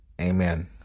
Amen